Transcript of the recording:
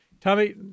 Tommy